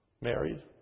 married